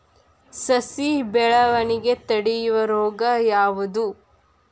ಸಸಿ ಬೆಳವಣಿಗೆ ತಡೆಯೋ ರೋಗ ಯಾವುದು?